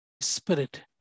Spirit